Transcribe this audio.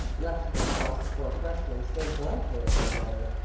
left to themselves the four freshmen stared blankly at one another.